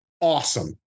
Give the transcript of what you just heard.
awesome